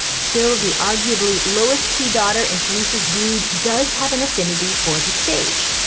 still, the arguably lowest key daughter in teresa's brood does have an affinity for the stage.